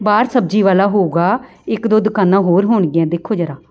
ਬਾਹਰ ਸਬਜ਼ੀ ਵਾਲਾ ਹੋਊਗਾ ਇੱਕ ਦੋ ਦੁਕਾਨਾਂ ਹੋਰ ਹੋਣਗੀਆਂ ਦੇਖੋ ਜਰਾ